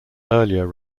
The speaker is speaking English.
earlier